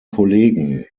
kollegen